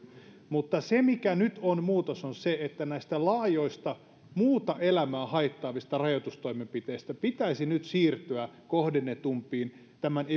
mutta se mikä nyt on muutos on se että näistä laajoista muuta elämää haittaavista rajoitustoimenpiteistä pitäisi nyt siirtyä kohdennetumpiin tämän